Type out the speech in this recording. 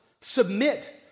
submit